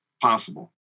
possible